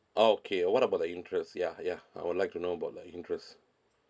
oh okay what about the interest ya ya I would like to know about the interest